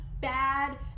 bad